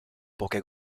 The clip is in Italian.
poche